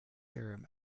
theorem